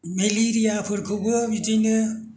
मेलिरियाफोरखौबो बिदिनो